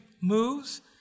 moves